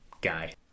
guy